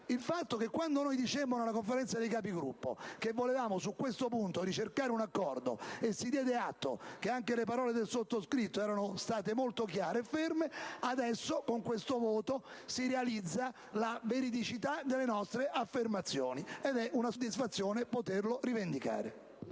il fatto che, quando in Conferenza dei Capigruppo dicemmo di volere su questo punto ricercare un accordo, si diede atto che anche le parole del sottoscritto erano state molto chiare e ferme. Adesso con questo voto si realizza la veridicità delle nostre affermazioni, ed è una soddisfazione poterlo rivendicare.